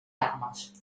armes